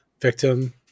victim